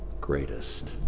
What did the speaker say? greatest